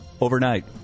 overnight